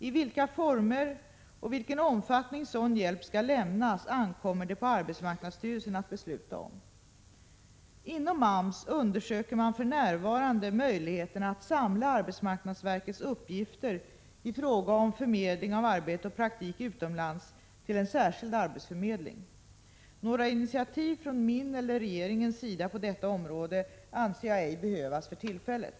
I vilka former och i vilken omfattning sådan hjälp skall lämnas ankommer det på arbetsmarknadsstyrelsen att besluta om. Inom AMS undersöker man för närvarande möjligheterna att samla arbetsmarknadsverkets uppgifter i fråga om förmedling av arbete och praktik utomlands till en särskild arbetsförmedling. Några initiativ från min eller regeringens sida på detta område anser jag ej behövas för tillfället.